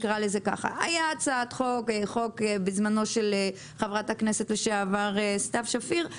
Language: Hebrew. הייתה הצעת חוק של חברת הכנסת לשעבר סתיו שפיר.